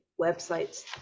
websites